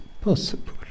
possible